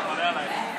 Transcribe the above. הלאה, תמשיכי הלאה.